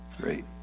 Great